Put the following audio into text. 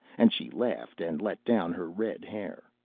and she laughed and let down her red hair.